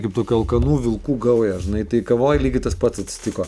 kaip tokia alkanų vilkų gauja žinai tai kavoj lygiai tas pats atsitiko